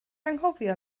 anghofio